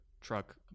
truck